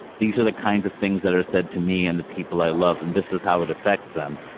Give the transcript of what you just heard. these are the kinds of things that are said to me and the people i love. and this is how it affects them.